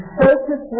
focus